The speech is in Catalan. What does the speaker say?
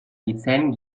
vicent